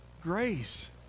grace